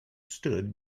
stood